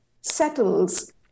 settles